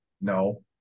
No